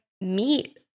meet